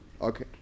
Okay